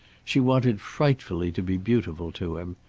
she wanted frightfully to be beautiful to him.